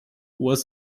was